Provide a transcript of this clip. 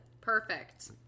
perfect